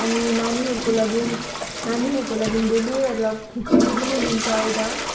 अनि नानीहरूको लागि नानीहरूको लागि डेली मतलब खिचडी पनि दिन्छ यता